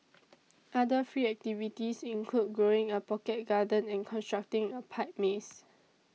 other free activities include growing a pocket garden and constructing a pipe maze